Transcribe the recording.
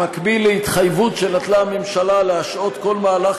במקביל להתחייבות הממשלה להשעות כל מהלך